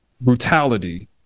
brutality